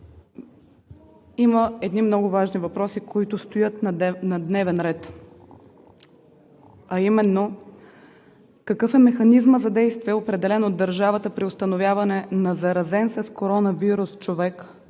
има много важни въпроси, които стоят на дневен ред, а именно: какъв е механизмът за действие, определен от държавата, при установяване на заразен с коронавирус човек,